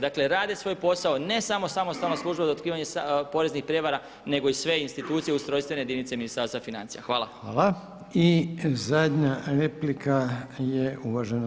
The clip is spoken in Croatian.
Dakle rade svoj posao, ne samo samostalna služba za otkrivanje poreznih prijevara nego i sve institucije i ustrojstvene jedinice Ministarstva financija.